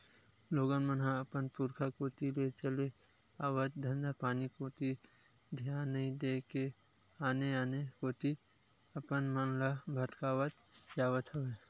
लोगन मन ह अपन पुरुखा कोती ले चले आवत धंधापानी कोती धियान नइ देय के आने आने कोती अपन मन ल भटकावत जावत हवय